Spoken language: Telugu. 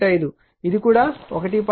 5 ఇది కూడా 1